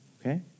okay